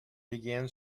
began